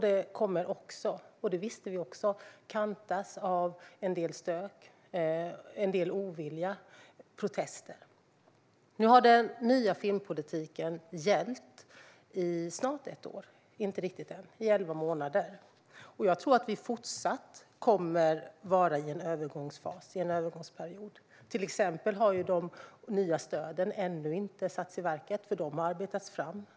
Det kommer också, vilket vi också visste, att kantas av en del stök, en del ovilja och en del protester. Nu har den nya filmpolitiken gällt i snart ett år - i elva månader. Jag tror att vi fortsatt kommer att vara i en övergångsfas och en övergångsperiod. Till exempel har de nya stöden ännu inte satts i verket, för de arbetas fram.